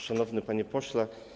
Szanowny Panie Pośle!